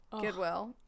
goodwill